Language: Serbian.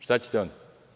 Šta ćete onda?